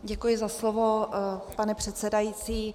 Děkuji za slovo, pane předsedající.